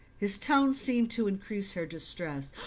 his tone seemed to increase her distress.